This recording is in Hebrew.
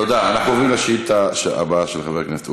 אתה עושה מה שאתה